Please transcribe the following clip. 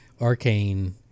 Arcane